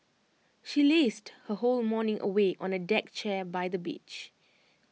she lazed her whole morning away on A deck chair by the beach